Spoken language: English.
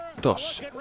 dos